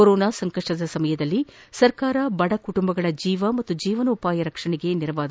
corona ಸಂಕಪ್ಪದ ಸಮಯದಲ್ಲಿ ಸರ್ಕಾರ ಬಡಕುಟುಂಬಗಳ ಜೀವ ಮತ್ತು ಜೀವನೋಪಾಯ ರಕ್ಷಣೆಗೆ ನೆರವಾಗಿದೆ